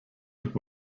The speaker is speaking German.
mit